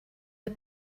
the